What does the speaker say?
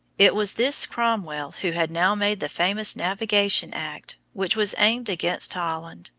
it was this cromwell who had now made the famous navigation act, which was aimed against holland.